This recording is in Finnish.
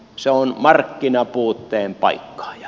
se on markkinapuutteen paikkaaja